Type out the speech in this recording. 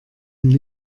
und